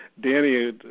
Danny